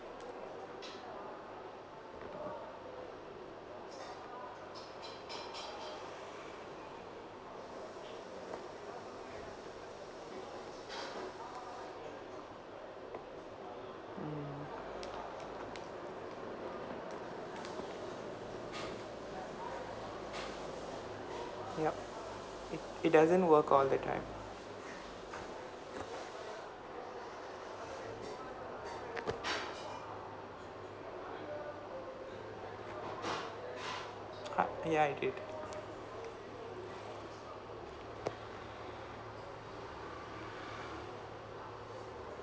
yup it it doesn't work all the time ha~ ya I did